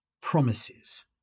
promises